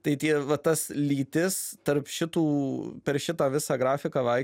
tai tie va tas lytis tarp šitų per šitą visą grafiką vai